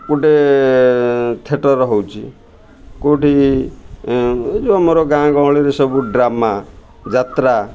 ଗୋଟେ ଥିଏଟର୍ ହେଉଛି କେଉଁଠି ଏ ଯେଉଁ ଆମର ଗାଁ ଗହଳିରେ ସବୁ ଡ୍ରାମା ଯାତ୍ରା